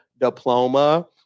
diploma